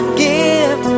give